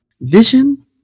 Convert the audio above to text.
vision